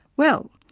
well,